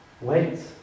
Wait